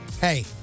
Hey